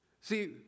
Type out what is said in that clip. See